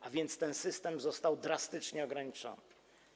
Tak więc ten system został drastycznie ograniczony.